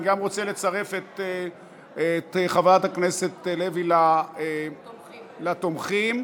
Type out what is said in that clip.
אני גם רוצה לצרף את חברת הכנסת לוי אבקסיס לתומכים.